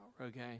okay